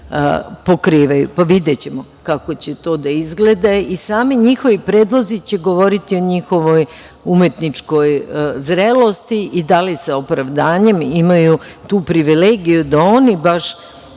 pokrivaju. Videćemo kako će to da izgleda i sami njihovi predlozi će govoriti o njihovoj umetničkoj zrelosti i da li sa opravdanjem imaju tu privilegiju da oni baš